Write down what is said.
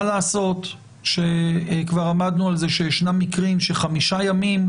מה לעשות שכבר עמדנו על זה שישנם מקרים שחמישה ימים,